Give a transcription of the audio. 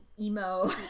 Emo